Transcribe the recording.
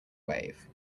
wave